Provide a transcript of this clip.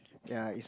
yea it's